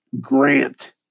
Grant